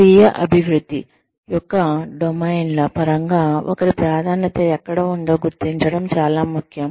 స్వీయ అభివృద్ధి యొక్క డొమైన్ల పరంగా ఒకరి ప్రాధాన్యత ఎక్కడ ఉందో గుర్తించడం చాలా ముఖ్యం